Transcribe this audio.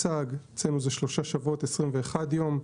אצלנו זה שלושה שבועות שזה 21 יום.